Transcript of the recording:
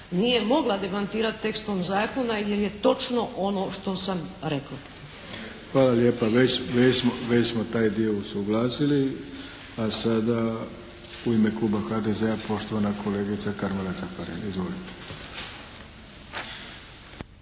nije mogla demantirati tekstom zakona jer je točno ono što sam rekla. **Arlović, Mato (SDP)** Hvala lijepa. Već smo taj dio usuglasili. A sada u ime kluba HDZ-a, poštovana kolegica Karmela Caparin. Izvolite.